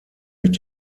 mit